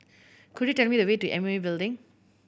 could you tell me the way to M O E Building